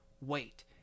wait